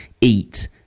eat